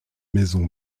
maison